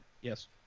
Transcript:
Yes